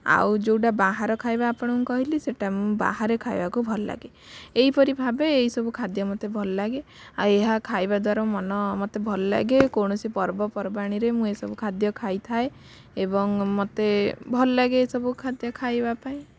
ଆଉ ଯେଉଁଟା ବାହାର ଖାଇବା ଆପଣଙ୍କୁ କହିଲି ସେଟା ବାହାରେ ଖାଇବାକୁ ଭଲ ଲାଗେ ଏଇପରି ଭାବେ ଏଇସବୁ ଖାଦ୍ୟ ମୋତେ ଭଲ ଲାଗେ ଆଉ ଏହା ଖାଇବା ଦ୍ଵାରା ମନ ମୋତେ ଭଲ ଲାଗେ କୌଣସି ପର୍ବପର୍ବାଣିରେ ମୁଁ ଏସବୁ ଖାଦ୍ୟ ଖାଇଥାଏ ଏବଂ ମୋତେ ଭଲ ଲାଗେ ଏସବୁ ଖାଦ୍ୟ ଖାଇବା ପାଇଁ